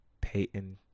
Peyton